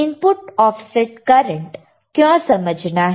input offset current क्यों समझना है